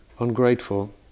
ungrateful